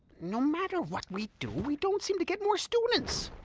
no matter what we do, we don't seem to get more students.